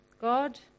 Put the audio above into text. God